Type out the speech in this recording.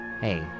Hey